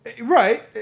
Right